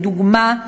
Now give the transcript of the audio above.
לדוגמה,